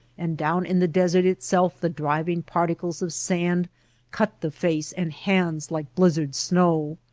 and down in the desert itself the driving particles of sand cut the face and hands like blizzard-snow.